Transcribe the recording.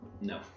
No